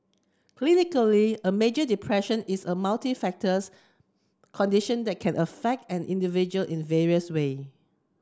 pretty clinically major depression is a condition and can affect an individual in various way